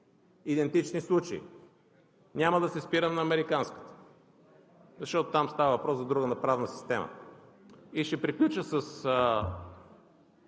идентични случаи. Няма да се спирам на американската, защото там става въпрос за друга правна система. И ще приключа,